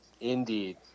Indeed